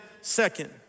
second